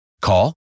Call